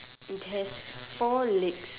it has four legs